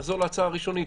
נחזור להצעה הראשונית,